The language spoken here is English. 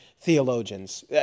theologians